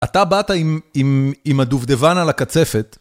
אתה באת עם הדובדבן על הקצפת.